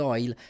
Oil